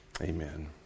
amen